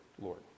Lord